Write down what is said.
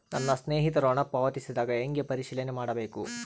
ನನ್ನ ಸ್ನೇಹಿತರು ಹಣ ಪಾವತಿಸಿದಾಗ ಹೆಂಗ ಪರಿಶೇಲನೆ ಮಾಡಬೇಕು?